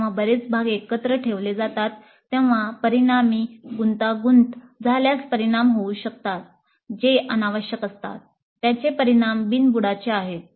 जेव्हा बरेच भाग एकत्र ठेवले जातात तेव्हा परिणामी गुंतागुंत झाल्यास परिणाम होऊ शकतात जे अनावश्यक असतात त्याचे परिणाम बिनबुडाचे आहेत